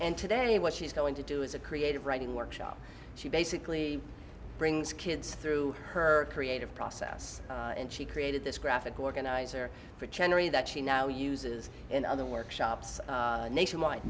and today what she's going to do is a creative writing workshop she basically brings kids through her creative process and she created this graphic organizer for generally that she now uses in other workshops nationwide